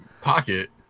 pocket